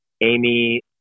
Amy